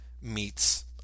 meets